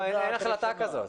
אין החלטה כזאת.